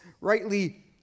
rightly